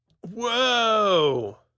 Whoa